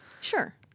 Sure